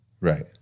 Right